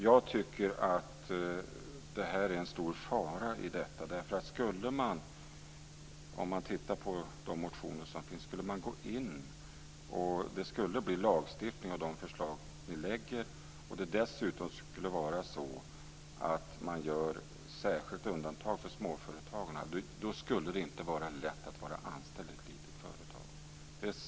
Jag tycker att det är en stor fara i detta, därför att om man skulle lagstifta i enlighet med dessa förslag och göra särskilt undantag för småföretagen så skulle det inte vara lätt att vara anställd i ett litet företag.